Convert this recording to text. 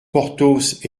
porthos